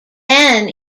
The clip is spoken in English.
dan